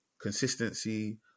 consistency